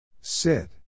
Sit